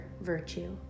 virtue